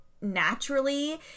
naturally